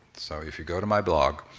so if you go to my blog,